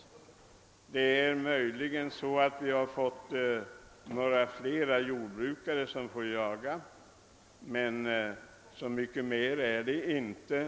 Vi har möjligen sedan dess fått ytterligare några jordbrukare som fått tillstånd att jaga men så mycket mera är inte ändrat.